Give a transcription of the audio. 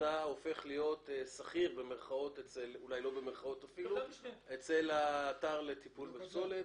אתה הופך להיות שכיר אצל האתר לטיפול בפסולת,